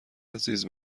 عزیز